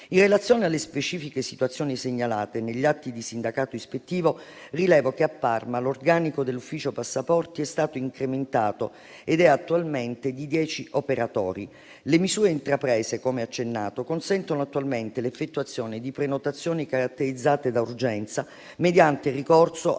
In relazione alle specifiche situazioni segnalate negli atti di sindacato ispettivo, rilevo che a Parma l'organico dell'ufficio passaporti è stato incrementato ed è attualmente di dieci operatori. Le misure intraprese, come accennato, consentono attualmente l'effettuazione di prenotazioni caratterizzate da urgenza mediante il ricorso